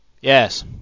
Yes